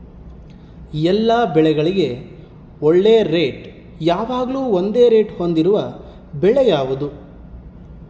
ಎಲ್ಲ ಬೆಳೆಗಳಿಗೆ ಒಳ್ಳೆ ರೇಟ್ ಯಾವಾಗ್ಲೂ ಒಂದೇ ರೇಟ್ ಹೊಂದಿರುವ ಬೆಳೆ ಯಾವುದು?